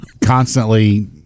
constantly